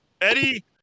Eddie